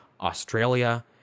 Australia